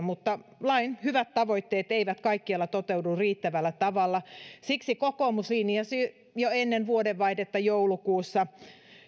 mutta lain hyvät tavoitteet eivät kaikkialla toteudu riittävällä tavalla siksi kokoomus linjasi jo ennen vuodenvaihdetta joulukuussa